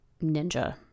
ninja